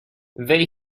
they